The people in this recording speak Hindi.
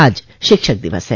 आज शिक्षक द दिवस है